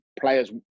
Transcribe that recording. players